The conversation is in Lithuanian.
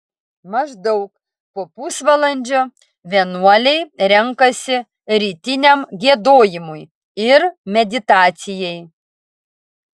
maždaug po pusvalandžio vienuoliai renkasi rytiniam giedojimui ir meditacijai